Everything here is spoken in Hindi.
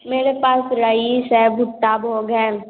मेरे पास राईस है भुट्टा भोग है